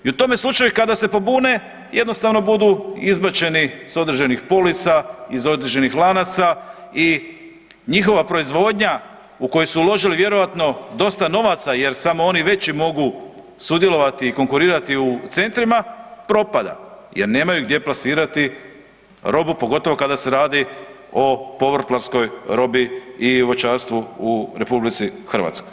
I u tome slučaju kada se pobune jednostavno budu izbačeni s određenih polica iz određenih lanaca i njihova proizvodnja u koju su uložili vjerojatno dosta novaca jer samo oni veći mogu sudjelovati i konkurirati u centrima, propada jer nemaju gdje plasirati robu, pogotovo kada se radi o povrtlarskoj robi i o voćarstvu u RH.